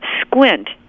Squint